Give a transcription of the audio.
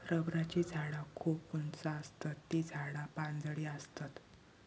रबराची झाडा खूप उंच आसतत ती झाडा पानझडी आसतत